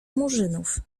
murzynów